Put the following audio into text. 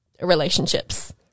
relationships